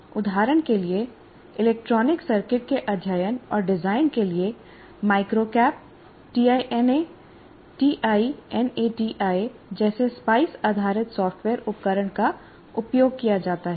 उदाहरण के लिए इलेक्ट्रॉनिक सर्किट के अध्ययन और डिजाइन के लिए माइक्रो कैप टीआईएनए और टीआईएनएटीआई जैसे स्पाइस आधारित सॉफ्टवेयर उपकरण का उपयोग किया जाता है